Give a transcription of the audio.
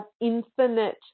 infinite